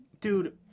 dude